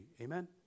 Amen